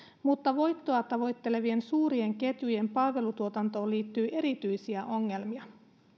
mutta voittoa tavoittelevien suurien ketjujen palvelutuotantoon liittyy erityisiä ongelmia